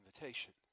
invitation